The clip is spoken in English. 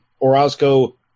Orozco